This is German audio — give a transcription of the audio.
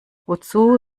wozu